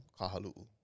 Kahalu'u